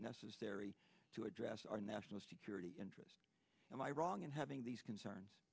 necessary to address our national security interest and i wrong in having these concerns